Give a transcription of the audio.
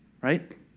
Right